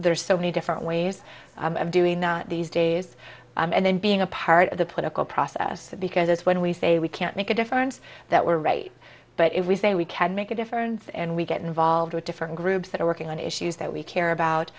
there's so many different ways of doing these days and then being a part of the political process because when we say we can't make a difference that we're right but if we say we can make a difference and we get involved with different groups that are working on issues that we care about